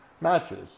matches